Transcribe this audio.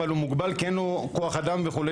אבל הוא מוגבל כי אין לו כוח אדם וכו'.